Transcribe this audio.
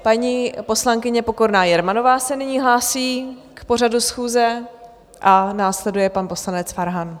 Paní poslankyně Pokorná Jermanová se nyní hlásí k pořadu schůze a následuje pan poslanec Farhan.